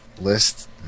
list